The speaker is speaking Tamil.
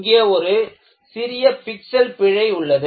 இங்கே ஒரு சிறிய பிக்சல் பிழை உள்ளது